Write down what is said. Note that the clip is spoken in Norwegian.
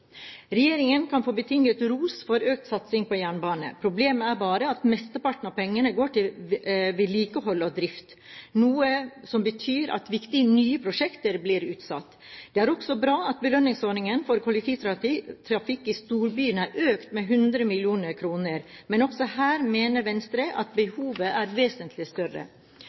Regjeringen kan få betinget ros for økt satsing på jernbane. Problemet er bare at mesteparten av pengene går til vedlikehold og drift, noe som betyr at viktige nye prosjekter blir utsatt. Det er også bra at belønningsordningen for kollektivtrafikk i storbyer er økt med 100 mill. kr, men også her mener Venstre at behovet er vesentlig større.